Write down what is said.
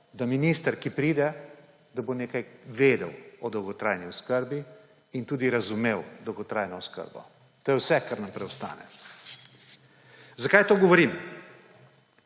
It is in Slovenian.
da minister, ki pride, da bo nekaj vedel o dolgotrajni oskrbi in tudi razumel dolgotrajno oskrbo. To je vse, kar nam preostane. Zakaj to govorim?